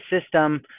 system